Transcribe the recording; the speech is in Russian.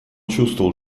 чувствовал